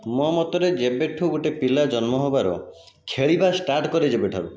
ମୋ ମତରେ ଯେବେଠାରୁ ଗୋଟିଏ ପିଲା ଜନ୍ମ ହେବାର ଖେଳିବା ଷ୍ଟାର୍ଟ କରେ ଯେବେଠାରୁ